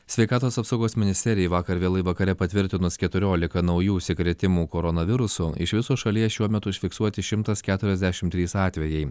sveikatos apsaugos ministerija vakar vėlai vakare patvirtinus keturiolika naujų užsikrėtimų koronavirusu iš viso šalyje šiuo metu užfiksuoti šimtas keturiasdešimt trys atvejai